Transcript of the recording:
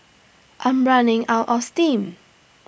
I'm running out of steam